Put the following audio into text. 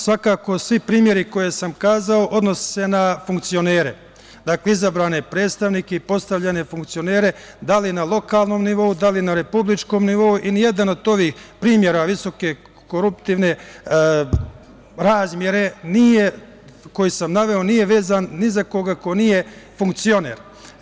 Svakako, svi primeri koje sam kazao odnose se na funkcionere, izabrane predstavnike i postavljene funkcionere, da li na lokalnom nivou, da li na republičkom nivou i nijedan od ovih primera visoke koruptivne razmere koji sam naveo nije vezan ni za koga ko nije funkcioner.